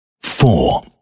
four